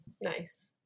Nice